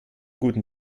guten